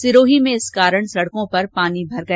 सिरोही में इस कारण सड़कों पर पानी भर गया